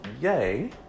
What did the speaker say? yay